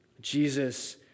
Jesus